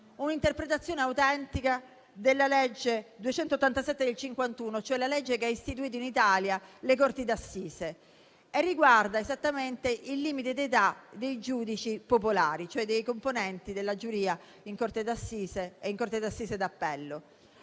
un'interpretazione autentica della legge n. 287 del 1951, quella che ha istituito in Italia le corti d'assise, e riguarda esattamente il limite di età dei giudici popolari, cioè dei componenti della giuria in corte d'assise e in corte d'assise d'appello.